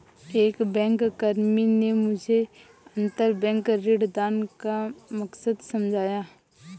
एक बैंककर्मी ने मुझे अंतरबैंक ऋणदान का मकसद समझाया